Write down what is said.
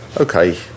okay